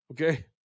Okay